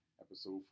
Episode